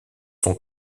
son